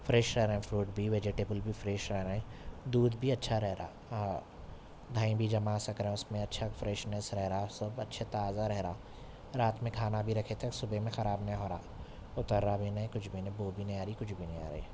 fresh رہ رہے ہیں فروٹ بھی ویزیٹیبل بھی فریش رہ رہے ہیں دودھ بھی اچھا رہ رہا ہاں دہی بھی جما سک رہا اس میں اچھا فریشنیش رہ رہا سب اچھے تازہ رہ رہا رات میں کھانا بھی رکھے تو صبح میں خراب نہیں ہو رہا اترا بھی نہیں کچھ بھی نہیں بو بھی نہیں آ رہی کچھ بھی نہیں آ رہی